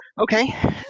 Okay